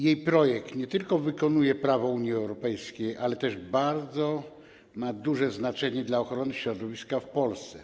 Jej projekt nie tylko wykonuje prawo Unii Europejskiej, lecz także ma bardzo duże znaczenie dla ochrony środowiska w Polsce.